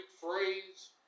phrase